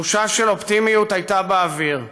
תחושה של אופטימיות הייתה באוויר.